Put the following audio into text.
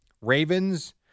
Ravens